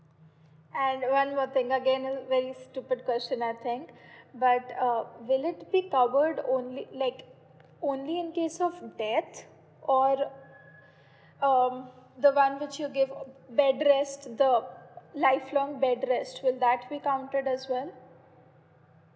and one more thing again this is very stupid question I think but uh will it be covered only like only in case of death or um the one which you gave um bed rest the lifelong bed rest will that be counted as well